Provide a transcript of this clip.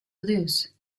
lose